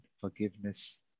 forgiveness